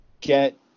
get